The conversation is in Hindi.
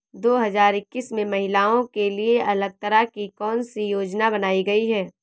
दो हजार इक्कीस में महिलाओं के लिए अलग तरह की कौन सी योजना बनाई गई है?